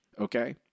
Okay